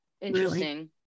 Interesting